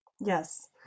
Yes